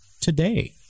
today